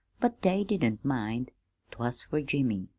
but they didn't mind t was fer jimmy.